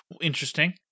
Interesting